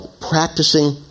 Practicing